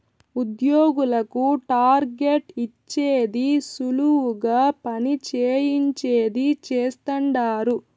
ఉద్యోగులకు టార్గెట్ ఇచ్చేది సులువుగా పని చేయించేది చేస్తండారు